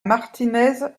martínez